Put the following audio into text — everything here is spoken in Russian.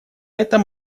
этом